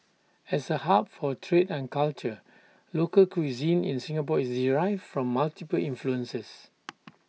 as A hub for trade and culture local cuisine in Singapore is derived from multiple influences